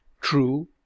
True